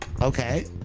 Okay